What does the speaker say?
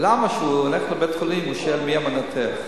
ולמה כשהוא הולך לבית-חולים הוא שואל מי המנתח?